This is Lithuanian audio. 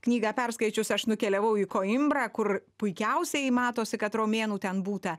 knygą perskaičius aš nukeliavau į koimbrą kur puikiausiai matosi kad romėnų ten būta